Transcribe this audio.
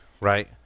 right